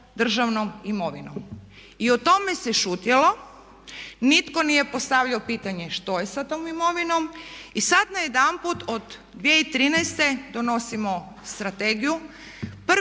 državnom imovinom. I o tome se šutjelo, nitko nije postavljao pitanje što je sa tom imovinom i sad najedanput od 2013.donosimo strategiju. Prvi